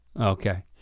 Okay